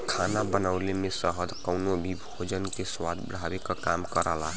खाना बनवले में शहद कउनो भी भोजन के स्वाद बढ़ावे क काम करला